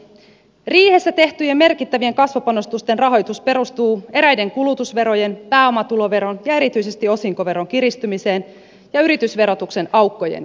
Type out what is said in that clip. riihessä tehtyjen merkittävien kasvupanostusten rahoitus perustuu eräiden kulutusverojen pääomatuloveron ja erityisesti osinkoveron kiristymiseen ja yritysverotuksen aukkojen paikkaamiseen